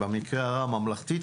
במקרה הרע ממלכתית,